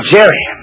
Jerry